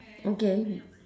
okay